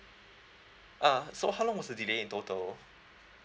ah so how long was the delay in total